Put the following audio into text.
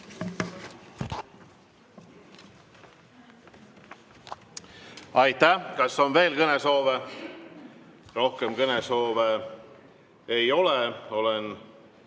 Aitäh! Kas on veel kõnesoove? Rohkem kõnesoove ei ole. Olen